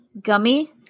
gummy